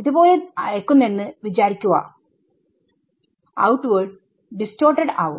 ഇത് പോലെ അയക്കുന്നെന്ന് വിചാരിക്കുകഔട്ട്വേഡ് ഡിസ്ടോർട്ടഡ്ആവും